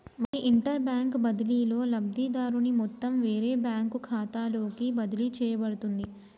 మరి inter bank బదిలీలో లబ్ధిదారుని మొత్తం వేరే బ్యాంకు ఖాతాలోకి బదిలీ చేయబడుతుంది